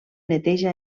neteja